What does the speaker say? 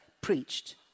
preached